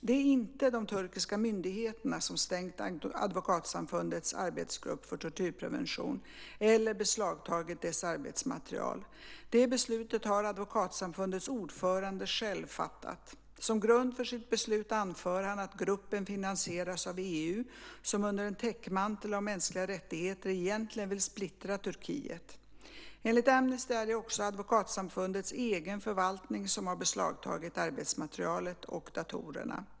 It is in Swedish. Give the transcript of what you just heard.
Det är inte de turkiska myndigheterna som stängt advokatsamfundets arbetsgrupp för tortyrprevention eller beslagtagit dess arbetsmaterial. Det beslutet har advokatsamfundets ordförande själv fattat. Som grund för sitt beslut anför han att gruppen finansierats av EU som under en täckmantel av mänskliga rättigheter egentligen vill splittra Turkiet. Enligt Amnesty är det också advokatsamfundets egen förvaltning som har beslagtagit arbetsmaterialet och datorerna.